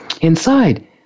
inside